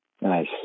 Nice